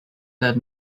does